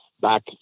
Back